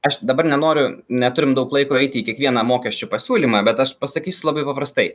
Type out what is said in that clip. aš dabar nenoriu neturim daug laiko eiti į kiekvieną mokesčių pasiūlymą bet aš pasakysiu labai paprastai